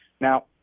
now